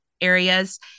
areas